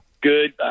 good